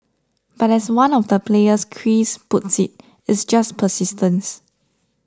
but as one of the players Chris puts it it's just persistence